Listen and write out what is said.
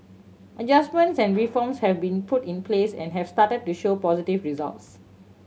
adjustments and reforms have been put in place and have started to show positive results